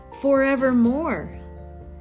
forevermore